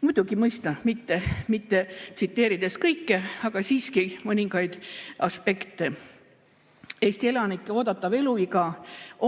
muidugi mõista mitte tsiteerides kõike, aga siiski mõningaid aspekte. Eesti elanike oodatav eluiga